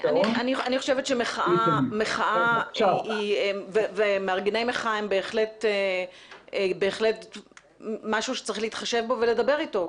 אני חושבת שמחאה ומארגני מחאה הם בהחלט משהו שצריך להתחשב בו ולדבר אתו.